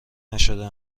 نشده